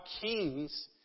kings